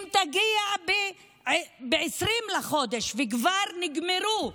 אם היא תגיע ב-20 בחודש וכבר נגמרו המכסות,